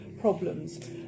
problems